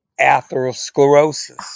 atherosclerosis